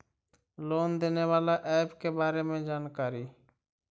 Loan देने बाला app के बारे मे जानकारी?